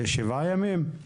שבעה ימים?